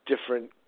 different